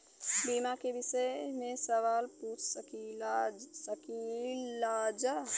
बीमा के विषय मे सवाल पूछ सकीलाजा?